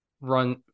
run